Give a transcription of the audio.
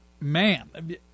Man